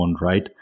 right